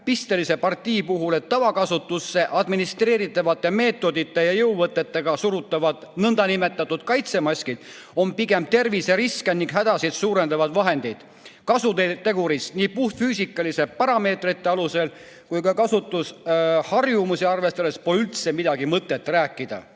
pistelise partii puhul, et tavakasutusse administreeritavate meetodite ja jõuvõtetega surutavad nõndanimetatud kaitsemaskid on pigem terviseriske ja ‑hädasid suurendavad vahendid. Kasutegurist nii puhtfüüsikaliste parameetrite alusel kui ka kasutusharjumusi arvestades pole üldse mõtet rääkida.